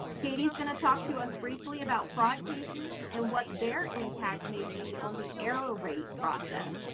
katie's going to talk to us briefly about fraud cases and what their impact may be on the error rate process.